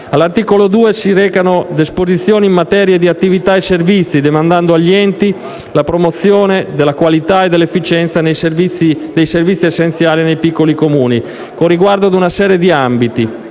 L'articolo 2 reca disposizioni in materia di attività e servizi, demandando agli enti indicati la promozione della qualità e dell'efficienza dei servizi essenziali nei piccoli Comuni con riguardo ad una serie di ambiti,